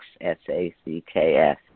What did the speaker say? S-A-C-K-S